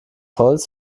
holz